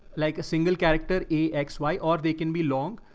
like a single character, a x, y, or they can be long,